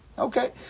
Okay